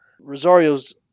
Rosario's